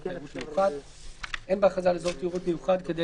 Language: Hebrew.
תיירות מיוחד 12ה. אין בהכרזה על אזור תיירות מיוחד כדי